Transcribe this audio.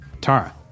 Tara